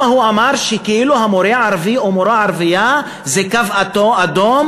הוא אמר שכאילו מורה ערבי או מורה ערבייה זה קו אדום,